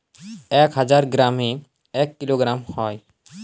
এক হাজার গ্রামে এক কিলোগ্রাম হয়